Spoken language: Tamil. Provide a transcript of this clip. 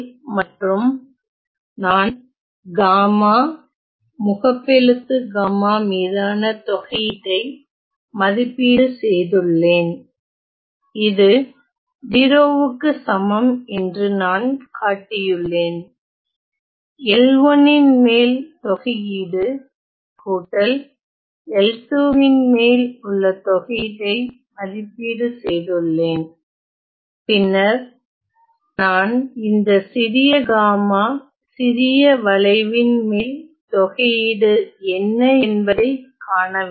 மற்றும் நான் காமா முகப்பெழுத்து காமா மீதான தொகையீட்டை மதிப்பீடு செய்துள்ளேன் இது 0 க்கு சமம் என்று நான் காட்டியுள்ளேன் L1 ன் மேல் தொகையீடு கூட்டல் L2 ன் மேல் உள்ள தொகையீட்டை மதிப்பீடு செய்துள்ளேன் பின்னர் நான் இந்த சிறிய காமா சிறிய வளைவின் மேல் தொகையீடு என்ன என்பதைக் காண வேண்டும்